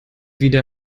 wieder